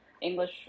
English